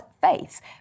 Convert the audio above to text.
faith